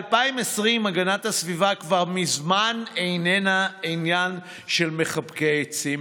ב-2020 הגנת הסביבה כבר מזמן איננה עניין של "מחבקי עצים",